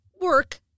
Work